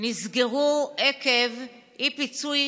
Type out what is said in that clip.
נסגרו עקב אי-פיצוי